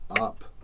up